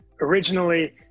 originally